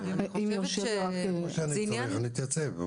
אם יש צורך, אני אתייצב.